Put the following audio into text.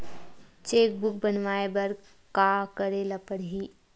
Cheque book बनवाय बर का करे ल पड़हि?